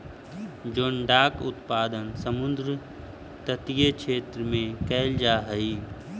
जोडाक उत्पादन समुद्र तटीय क्षेत्र में कैल जा हइ